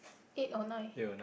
eight or nine